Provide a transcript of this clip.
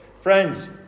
Friends